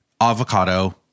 avocado